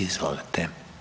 Izvolite.